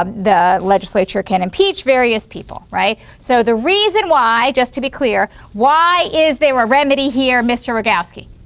um the legislature can impeach various people, right? so the reason why just to be clear why is there a remedy here, mr. radowski?